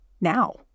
now